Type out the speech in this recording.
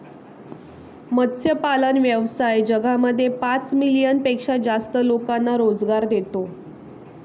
मत्स्यपालन व्यवसाय जगामध्ये पाच मिलियन पेक्षा जास्त लोकांना रोजगार देतो